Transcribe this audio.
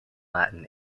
latin